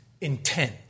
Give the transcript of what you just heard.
intent